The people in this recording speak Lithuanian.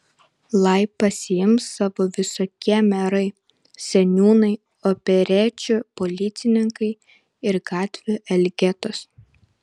lai pasiims savo visokie merai seniūnai operečių policininkai ir gatvių elgetos